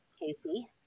Casey